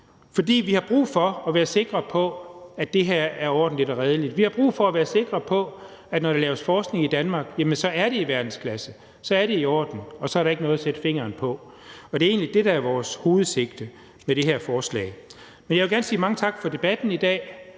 for vi har brug for at være sikre på, at det her er ordentligt og redeligt. Vi har brug for at være sikre på, at når der laves forskning i Danmark, er det i verdensklasse, er det i orden, og så er der ikke noget at sætte fingeren på. Det er egentlig det, der er vores hovedsigte med det her forslag. Men jeg vil gerne sige mange tak for debatten i dag